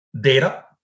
data